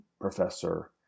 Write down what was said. professor